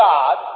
God